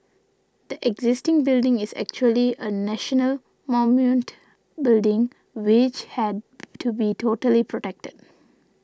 the existing building is actually a national building which had to be totally protected